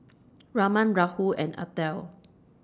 Raman Rahul and Atal